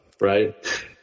right